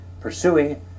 Pursuing